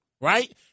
right